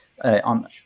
on